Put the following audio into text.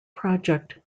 project